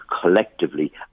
collectively